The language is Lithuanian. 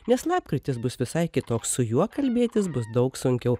nes lapkritis bus visai kitoks su juo kalbėtis bus daug sunkiau